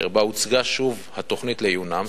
אשר בה הוצגה שוב התוכנית לעיונם,